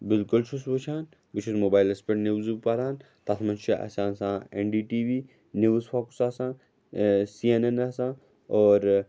بِلکُل چھُس وٕچھان بہٕ چھُس موبایلَس پٮ۪ٹھ نِوزُک پَران تَتھ منٛز چھِ اَسہِ آسان اٮ۪ن D T V news focus آسان سی اٮ۪ن اٮ۪ن آسان اور